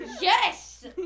Yes